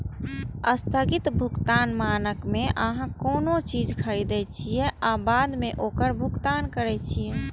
स्थगित भुगतान मानक मे अहां कोनो चीज खरीदै छियै आ बाद मे ओकर भुगतान करै छियै